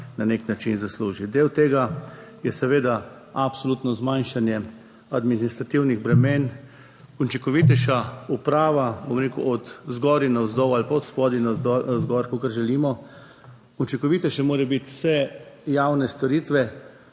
na nek način zasluži. Del tega je seveda absolutno zmanjšanje administrativnih bremen, učinkovitejša uprava, bom rekel, od zgoraj navzdol ali pa od spodaj navzgor, kakor želimo. Učinkovitejše morajo biti vse javne storitve,